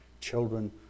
children